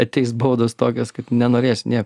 ateis baudos tokios kaip nenorės nie